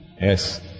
Yes